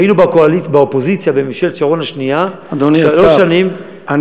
היינו באופוזיציה בממשלת שרון השנייה שלוש שנים,